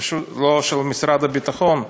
לא של משרד הביטחון,